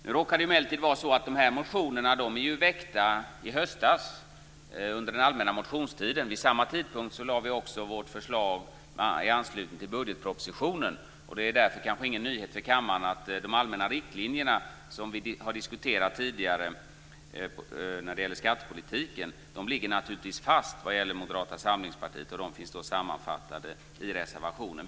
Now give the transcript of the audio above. Nu råkar det emellertid vara så att motionerna är väckta i höstas, under den allmänna motionstiden. Vid samma tidpunkt lade vi också fram vårt förslag i anslutning till budgetpropositionen. Därför är det kanske ingen nyhet för kammaren att de allmänna riktlinjerna som vi har diskuterat tidigare när det gäller skattepolitiken naturligtvis ligger fast vad gäller Moderata samlingspartiet. De finns sammanfattade i reservationen.